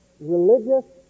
religious